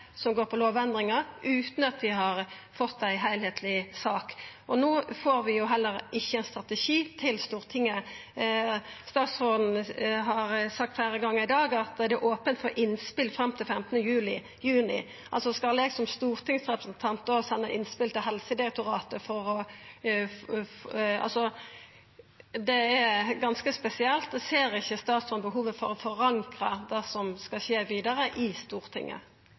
som går på lovendringar, utan at vi har fått ei heilskapleg sak. No får vi heller ikkje ein strategi til Stortinget. Statsråden har sagt fleire gonger i dag at det er ope for innspel fram til 15. juni. Skal eg som stortingsrepresentant senda innspel til Helsedirektoratet? Det er ganske spesielt. Ser ikkje statsråden behovet for å forankra det som skal skje vidare, i Stortinget?